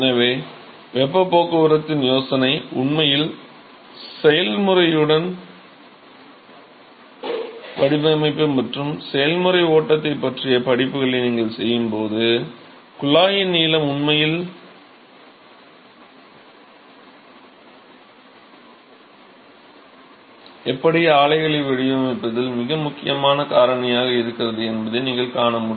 எனவே வெப்பப் போக்குவரத்தின் யோசனை உண்மையில் செயல்முறையுடன் சேர்ந்து செய்யப்படுகிறது இனி வரும் செமஸ்டர்களில் இந்த செயல்முறை வடிவமைப்பு மற்றும் செயல்முறை ஓட்டத்தை பற்றிய படிப்புகளை நீங்கள் செய்யும்போது குழாயின் நீளம் உண்மையில் எப்படி ஆலைகளை வடிவமைப்பதில் மிக முக்கியமான காரணியாக இருக்கிறது என்பதை நீங்கள் காண வேண்டும்